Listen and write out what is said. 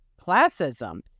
classism